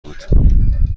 بود